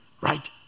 right